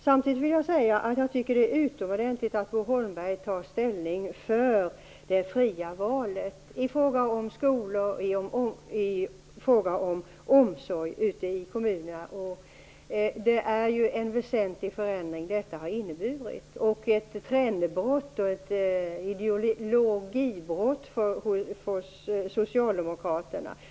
Samtidigt vill jag säga att jag tycker att det är utomordentligt att Bo Holmberg tar ställning för det fria valet i fråga om skolor och i fråga om omsorg ute i kommunerna. Detta har inneburit en väsentlig förändring. Det är ett trendbrott och ett ideologibrott hos socialdemokraterna.